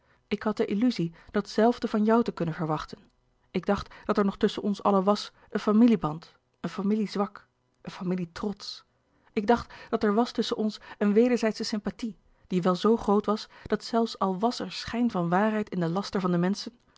ik had de illuzie dat zelfde van jou te kunnen louis couperus de boeken der kleine zielen verwachten ik dacht dat er nog tus schen ons allen was een familieband een familiezwak een familietrots ik dacht dat er was tusschen ons een wederzijdsche sympathie die wel zoo groot was dat zelfs al was er schijn van waarheid in den laster van de menschen